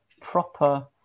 proper